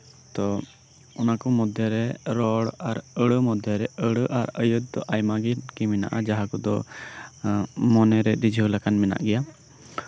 ᱛᱳ ᱚᱱᱟ ᱢᱚᱫᱽᱫᱷᱮᱨᱮ ᱨᱚᱲ ᱟᱨ ᱨᱚᱲ ᱟᱨ ᱟᱹᱲᱟᱹ ᱢᱚᱫᱽᱫᱷᱮᱨᱮ ᱟᱹᱲᱟ ᱟᱨ ᱟᱹᱭᱟᱹᱛ ᱫᱚ ᱟᱭᱢᱟ ᱛᱮᱜ ᱜᱮ ᱢᱮᱱᱟᱜᱼᱟ ᱡᱟᱸᱦᱟ ᱠᱚᱫᱚ ᱢᱚᱱᱮᱨᱮ ᱨᱤᱡᱷᱟᱹᱣ ᱟᱠᱟᱱ ᱢᱮᱱᱟᱜ ᱜᱮᱭᱟ